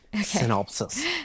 synopsis